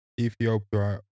Ethiopia